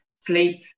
sleep